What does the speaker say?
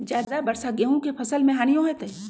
ज्यादा वर्षा गेंहू के फसल मे हानियों होतेई?